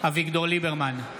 אביגדור ליברמן,